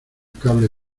cable